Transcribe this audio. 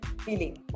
feeling